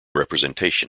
representation